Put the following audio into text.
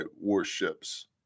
warships